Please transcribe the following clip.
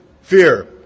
fear